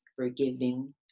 forgiving